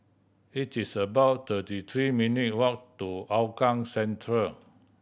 it is about thirty three minute' walk to Hougang Central